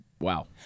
wow